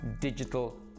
digital